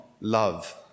love